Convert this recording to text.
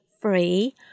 free